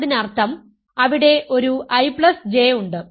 അതിനർത്ഥം അവിടെ ഒരു IJ ഉണ്ട്